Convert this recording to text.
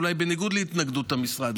אולי בניגוד להתנגדות המשרד,